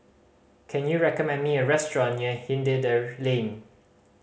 can you recommend me a restaurant near Hindhede Lane